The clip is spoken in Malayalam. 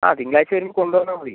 ആ തിങ്കളാഴ്ച്ച വരുമ്പോൾ കൊണ്ടുവന്നാൽ മതി